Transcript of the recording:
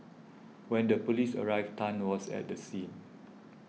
when the police arrived Tan was at the scene